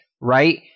right